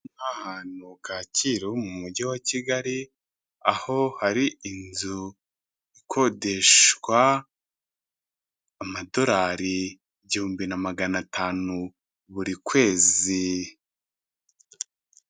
Aha hantu ni Kacyiru mu mujyi wa kigali aho hari inzu ikodeshwa amadolari igihumbi na magana atanu buri kwezi.